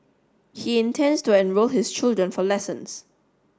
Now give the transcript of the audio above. he intends to enrol his children for lessons